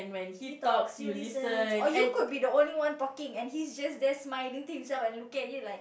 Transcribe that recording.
he talks you listen or you could be the only one talking and he's just there smiling to himself and looking at you like